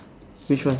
which one